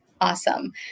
Awesome